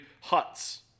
huts